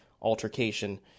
altercation